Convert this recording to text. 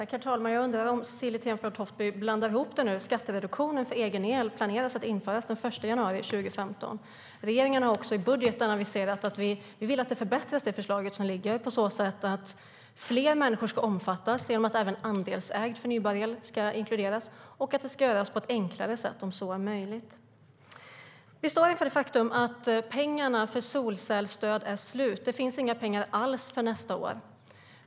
Herr talman! Jag undrar om inte Cecilie Tenfjord-Toftby blandar ihop saker nu. Skattereduktionen för egen el planeras att införas den 1 januari 2015. Regeringen har också i budgeten aviserat att det förslag som ligger på bordet ska förbättras på så sätt att fler människor ska omfattas genom att även andelsägd förnybar el ska inkluderas och att det ska göras på ett enklare sätt om så är möjligt. Vi står inför det faktum att pengarna för solcellsstöd är slut. Det finns inga pengar alls för nästa år.